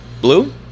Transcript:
Blue